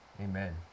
Amen